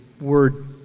word